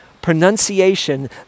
pronunciation